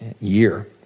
year